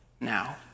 now